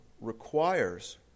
requires